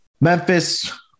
Memphis